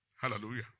Hallelujah